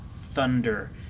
thunder